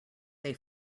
they